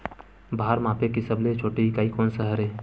भार मापे के सबले छोटे इकाई कोन सा हरे?